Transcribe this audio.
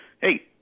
hey